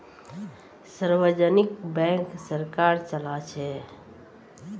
सार्वजनिक बैंक सरकार चलाछे